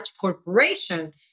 corporation